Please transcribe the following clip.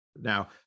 now